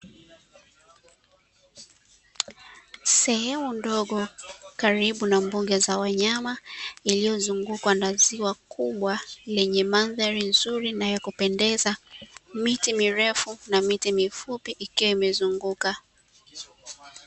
Sehemu ndogo, karibu na mbuga za wanyama, iliyozungukwa na ziwa kubwa lenye mandhari nzuri na yakupendeza, miti mirefu na miti mifupi ikiwa imezunguka.